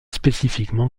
spécifiquement